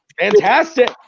Fantastic